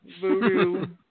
Voodoo